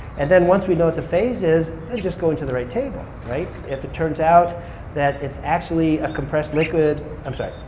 and then once we know what the phase is, then just go into the right table, right? if it turns out that it's actually a compressed liquid i'm sorry,